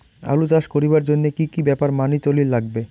আলু চাষ করিবার জইন্যে কি কি ব্যাপার মানি চলির লাগবে?